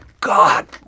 god